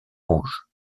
rouge